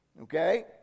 Okay